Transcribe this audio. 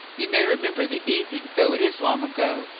you may remember the evening, though it is long ago.